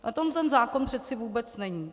O tom ten zákon přece vůbec není.